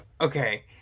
Okay